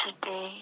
today